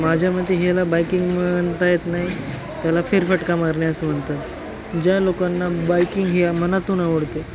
माझ्या मते ह्याला बायकिंग म्हणता येत नाही त्याला फेरफटका मारणे असं म्हणतात ज्या लोकांना बाईकिंग हे मनातून आवडते